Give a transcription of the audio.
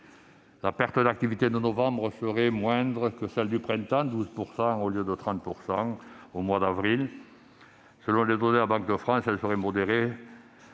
La perte d'activité de novembre serait moindre que celle du printemps : 12 % au lieu de 30 % en avril. Selon les données de la Banque de France, elle serait plus modérée